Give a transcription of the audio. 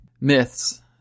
myths